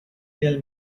tell